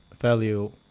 value